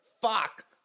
Fuck